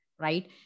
right